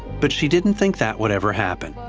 but she didn't think that would ever happen.